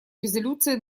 резолюции